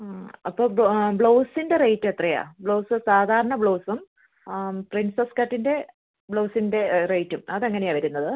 അപ്പോള് ബ്ലൗസിൻ്റെ റേറ്റ് എത്രയാണ് ബ്ലൗസ് സാധാരണ ബ്ലൗസും പ്രിൻസസ് കട്ടിൻ്റെ ബ്ലൗസിൻ്റെ റേറ്റും അത് എങ്ങനെയാണ് വരുന്നത്